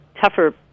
tougher